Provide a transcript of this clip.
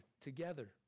together